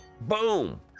boom